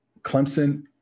Clemson